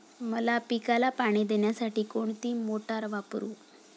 मका पिकाला पाणी देण्यासाठी कोणती मोटार वापरू?